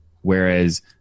whereas